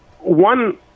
one